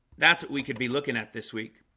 that's what we could be looking at this week